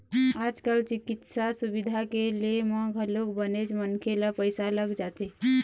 आज कल चिकित्सा सुबिधा के ले म घलोक बनेच मनखे ल पइसा लग जाथे